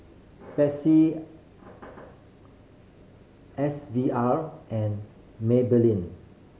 Betsy S V R and Maybelline